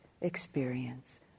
experience